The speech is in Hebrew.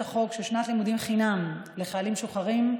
החוק של שנת לימודים חינם לחיילים משוחררים,